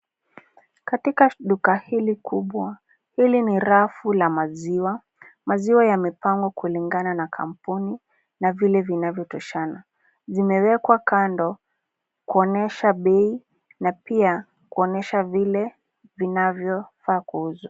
Katika duka hili kubwa, hili ni rafu la maziwa. Maziwa yamepangwa kulingana na kampuni na vile vinavyotoshana. Zimewekwa kando kuonyesha bei na pia kuonyesha vile vinavyofaa kuuzwa.